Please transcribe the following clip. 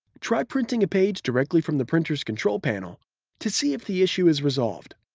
try printing a page directly from the printer's control panel to see if the issue is resolved.